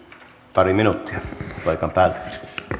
pari minuuttia paikan päältä